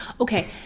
okay